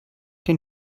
den